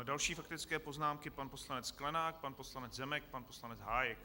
Další faktické poznámky pan poslanec Sklenák, pan poslanec Zemek, pan poslanec Hájek.